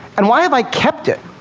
and why have i kept it?